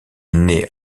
naît